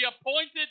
appointed